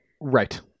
Right